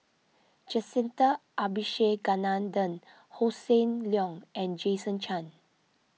Jacintha Abisheganaden Hossan Leong and Jason Chan